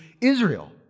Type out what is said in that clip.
Israel